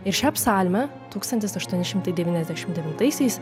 ir šią psalmę tūkstantis aštuoni šimtai devyniasdešimt devintaisiais